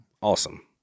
awesome